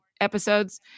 Episodes